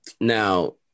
Now